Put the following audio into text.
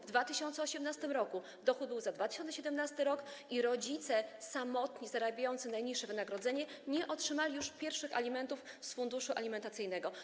W 2018 r. dochód był za 2017 r. i samotni rodzice otrzymujący najniższe wynagrodzenie nie otrzymali już pierwszych alimentów z funduszu alimentacyjnego.